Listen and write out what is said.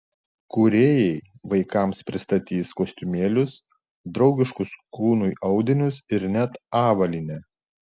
kūrėjai vaikams pristatys kostiumėlius draugiškus kūnui audinius ir net avalynę